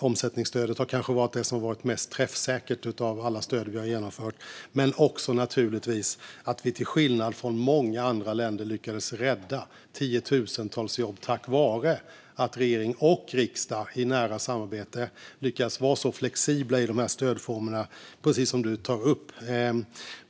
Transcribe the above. Omsättningsstödet har kanske varit det mest träffsäkra av alla stöd vi har genomfört. Tack vare att regering och riksdag i nära samarbete lyckades vara så flexibla i de här stödformerna har vi till skillnad från många andra länder lyckats rädda tiotusentals jobb, precis som Alexandra Anstrell tar upp.